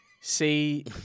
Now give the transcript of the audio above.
See